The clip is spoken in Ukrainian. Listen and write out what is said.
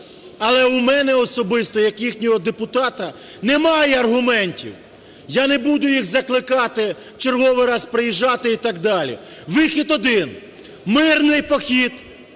але у мене особисто як їхнього депутата немає аргументів. Я не буду їх закликати в черговий раз приїжджати і так далі. Вихід один – мирний похід